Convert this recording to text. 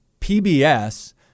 PBS